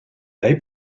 they